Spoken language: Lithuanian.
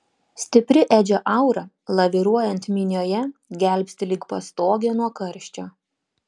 stipri edžio aura laviruojant minioje gelbsti lyg pastogė nuo karščio